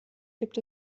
gibt